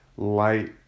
light